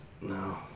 No